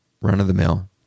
run-of-the-mill